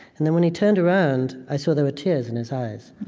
and then when he turned around, i saw there were tears in his eyes.